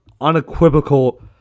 unequivocal